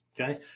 okay